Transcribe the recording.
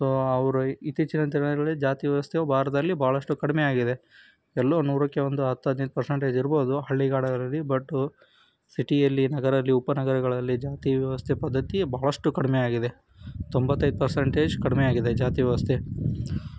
so ಅವರು ಇತ್ತೀಚಿನ ದಿನಗಳಲ್ಲಿ ಜಾತಿ ವ್ಯವಸ್ಥೆಯು ಭಾರತದಲ್ಲಿ ಬಹಳಷ್ಟು ಕಡಿಮೆಯಾಗಿದೆ ಎಲ್ಲೋ ನೂರಕ್ಕೆ ಒಂದು ಹತ್ತು ಹದಿನೈದು ಪರ್ಸೆಂಟೇಜ್ ಇರ್ಬೋದು ಹಳ್ಳಿಗಾಡುಗಳಲ್ಲಿ ಬಟು ಸಿಟಿಯಲ್ಲಿ ನಗರಲ್ಲಿ ಉಪನಗರಗಳಲ್ಲಿ ಜಾತಿ ವ್ಯವಸ್ಥೆ ಪದ್ಧತಿ ಬಹಳಷ್ಟು ಕಡಿಮೆಯಾಗಿದೆ ತೊಂಬತ್ತೈದು ಪರ್ಸೆಂಟೇಜ್ ಕಡಿಮೆಯಾಗಿದೆ ಜಾತಿ ವ್ಯವಸ್ಥೆ